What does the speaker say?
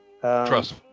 Trust